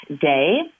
day